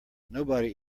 nobody